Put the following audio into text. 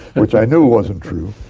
which i knew wasn't true.